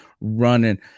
running